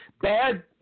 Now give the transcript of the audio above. Bad